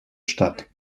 statt